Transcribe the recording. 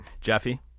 Jeffy